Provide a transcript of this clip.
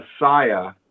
messiah